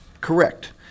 Correct